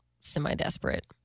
semi-desperate